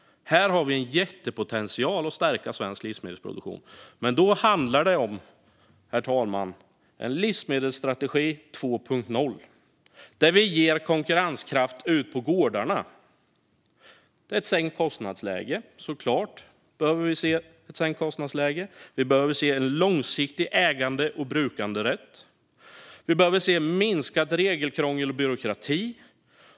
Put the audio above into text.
Här har vi en jättepotential för att stärka svensk livsmedelsproduktion. Herr talman! Då handlar det om en livsmedelsstrategi 2.0 där vi ska ge gårdarna konkurrenskraft. Vi behöver såklart se ett sänkt kostnadsläge. Vi behöver se långsiktig ägande och brukanderätt. Vi behöver se minskat regelkrångel och byråkrati.